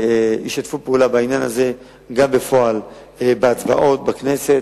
ישתפו פעולה בעניין הזה גם בפועל, בהצבעות בכנסת